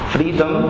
Freedom